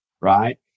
right